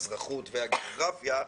האזרחות והגיאוגרפיה,